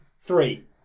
three